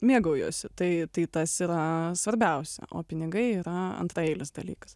mėgaujuosi tai tai tas yra svarbiausia o pinigai yra antraeilis dalykas